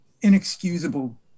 inexcusable